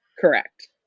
Correct